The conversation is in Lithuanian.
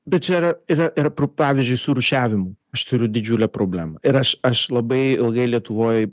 bet čia yra yra ir pro pavyzdžiui su rūšiavimu aš turiu didžiulę problemą ir aš aš labai ilgai lietuvoj